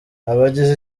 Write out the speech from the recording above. abagize